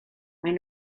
maen